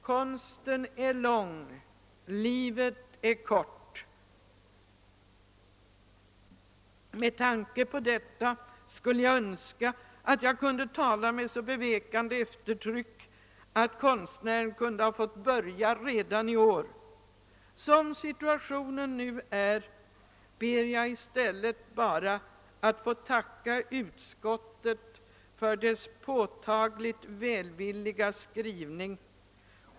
Konsten är lång, livet är kort. Med tanke på detta skulle jag önska, att jag kunde tala med ett så bevekande eftertryck, att konstnären kunde ha fått börja redan i år. Som situationen nu är, ber jag i stället bara att få tacka utskottet för dess påtagligt välvilliga skrivning.